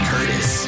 Curtis